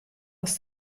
aus